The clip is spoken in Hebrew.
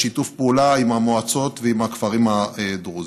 בשיתוף פעולה עם המועצות ועם הכפרים הדרוזיים.